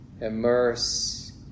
immerse